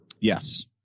Yes